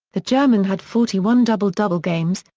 the german had forty one double-double games,